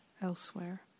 Elsewhere